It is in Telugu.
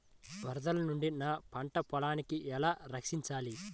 వరదల నుండి నా పంట పొలాలని ఎలా రక్షించాలి?